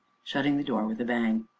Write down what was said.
shutting the door with a bang.